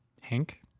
hank